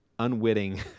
Unwitting